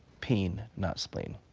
peen, not spleen.